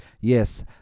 Yes